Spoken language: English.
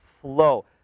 flow